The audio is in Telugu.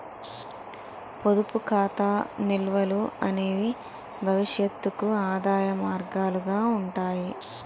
పొదుపు ఖాతా నిల్వలు అనేవి భవిష్యత్తుకు ఆదాయ మార్గాలుగా ఉంటాయి